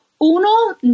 uno